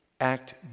act